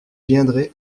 viendrez